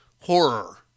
horror